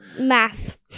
Math